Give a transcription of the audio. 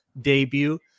debut